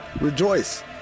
Rejoice